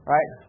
Right